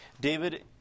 David